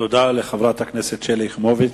תודה לחברת הכנסת שלי יחימוביץ.